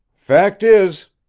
fact is,